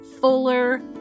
fuller